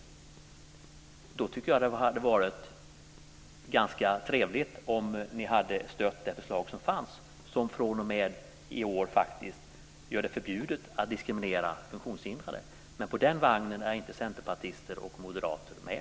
Därför tycker jag att det hade varit ganska trevligt om ni hade stött det förslag som fanns och som från och med i år faktiskt gör det förbjudet att diskriminera funktionshindrade. Men på den vagnen är inte centerpartister och moderater med.